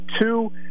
Two